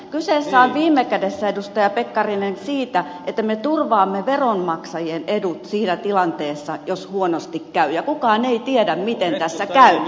kyse on viime kädessä edustaja pekkarinen siitä että me turvaamme veronmaksajien edut siinä tilanteessa jos huonosti käy ja kukaan ei tiedä miten tässä käy